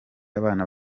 abana